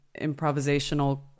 improvisational